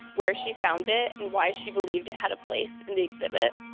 where she found it and why she believed it had a place in the exhibit.